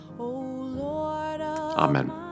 Amen